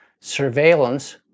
Surveillance